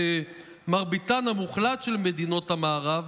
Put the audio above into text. במרביתן המוחלט של מדינות המערב